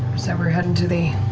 said we're heading to the